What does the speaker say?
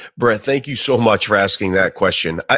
brett, thank you so much for asking that question.